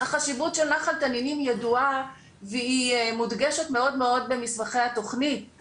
החשיבות של נחל תנינים ידועה והיא מודגשת מאוד במסמכי התכנית.